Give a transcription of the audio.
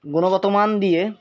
গুণগত মান দিয়ে